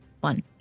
One